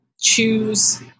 choose